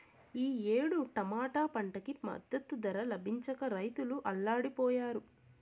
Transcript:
ఈ ఏడు టమాటా పంటకి మద్దతు ధర లభించక రైతులు అల్లాడిపొయ్యారు